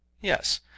Yes